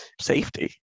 safety